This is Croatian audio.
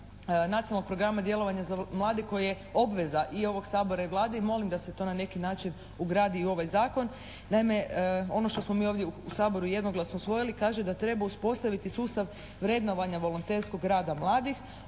Nacionalnog programa djelovanja za mlade koji je obveza i ovog Sabora i Vlade i molim da se to na neki način ugradi i u ovaj Zakon. Naime, ono što smo mi ovdje u Saboru jednoglasno usvojili kaže da treba uspostaviti sustav vrednovanja volonterskog rada mladih,